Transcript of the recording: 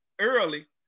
early